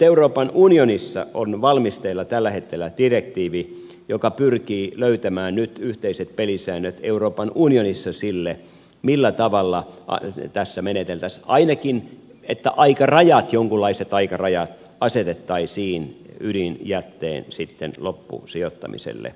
euroopan unionissa on valmisteilla tällä hetkellä direktiivi joka pyrkii löytämään yhteiset pelisäännöt euroopan unionissa sille millä tavalla tässä meneteltäisiin ainakin niin että jonkunlaiset aikarajat asetettaisiin ydinjätteen loppusijoittamiselle